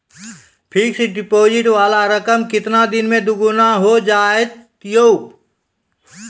Fixed deposit वाला रकम केतना दिन मे दुगूना हो जाएत यो?